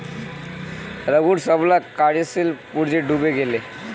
रघूर सबला कार्यशील पूँजी डूबे गेले